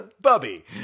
Bubby